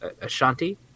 Ashanti